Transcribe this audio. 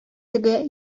теге